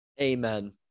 Amen